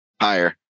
Higher